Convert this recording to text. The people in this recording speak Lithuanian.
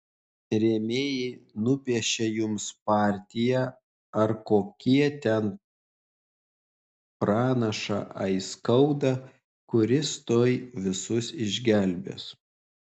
rėmėjai nupiešia jums partiją ar kokie ten pranašą aiskaudą kuris tuoj visus išgelbės